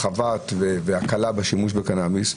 בהרחבת ובהקלה בשימוש בקנאביס,